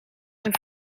een